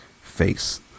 face